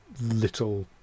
little